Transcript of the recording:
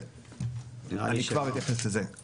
אני כבר אתייחס לזה.